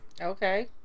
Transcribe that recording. Okay